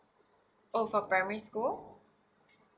oh for primary school